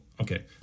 Okay